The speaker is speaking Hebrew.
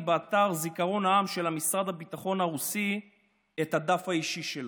באתר זיכרון העם של משרד הביטחון הרוסי את הדף האישי שלו.